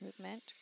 movement